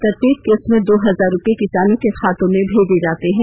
प्रत्येक किस्त में दो हजार रूपये किसानों के खातों में भेजे जाते हैं